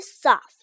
soft